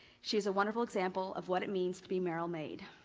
she is a wonderful example of what it means to be merrill made.